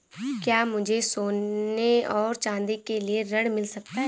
क्या मुझे सोने और चाँदी के लिए ऋण मिल सकता है?